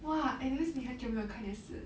!wah! eh that means 你很久没有看也是